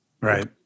Right